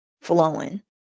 flowing